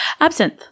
Absinthe